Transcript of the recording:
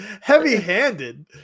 Heavy-handed